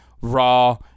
raw